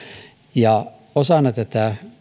ja osana tätä